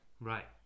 Right